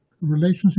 relationship